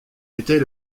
était